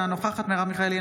אינה נוכחת מרב מיכאלי,